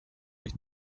ich